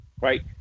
right